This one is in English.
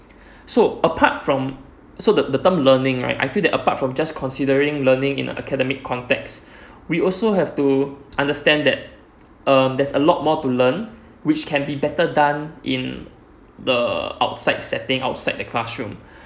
so apart from so the the term learning right I feel that apart from just considering learning in a academic context we also have to understand that um there's a lot more to learn which can be better done in the outside setting outside the classroom